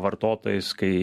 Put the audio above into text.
vartotojais kai